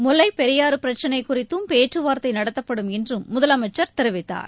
முல்லைப் பெரியாறு பிரச்சிளை குறித்தும் பேச்சுவார்த்தை நடத்தப்படும் என்றும் முதலமைச்சர் தெரிவித்தார்